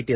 T